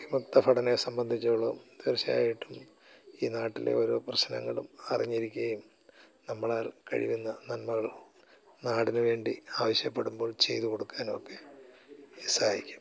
വിമുക്ത ഭടനെ സംബന്ധിച്ചോളം തീർച്ചയായിട്ടും ഈ നാട്ടിലെ ഓരോ പ്രശ്നങ്ങളും അറിഞ്ഞിരിക്കുകയും നമ്മളാൽ കഴിയുന്ന നന്മകളും നാടിന് വേണ്ടി ആവശ്യപ്പെടുമ്പോൾ ചെയ്ത് കൊടുക്കാനുമൊക്കെ സഹായിക്കും